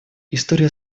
история